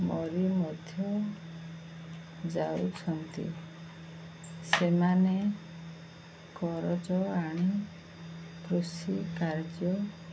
ମରି ମଧ୍ୟ ଯାଉଛନ୍ତି ସେମାନେ କରଜ ଆଣି କୃଷି କାର୍ଯ୍ୟ